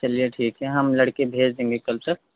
चलिए ठीक है हम लड़के भेज देंगे कल तक